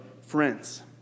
friends